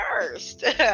first